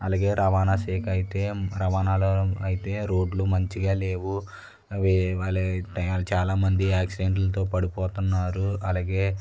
అలాగే శాఖ అయితే రవాణాలో అయితే రోడ్లు మంచిగా లేవు చాలా మంది యాక్సిడెంట్లతో పడిపోతున్నారు